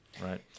right